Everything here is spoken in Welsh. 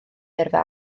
yrfa